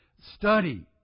study